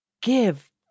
Give